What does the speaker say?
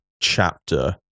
chapter